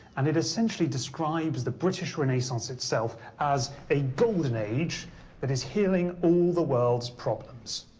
and it essentially describes the british renaissance itself as a golden age that is healing all the world's problems.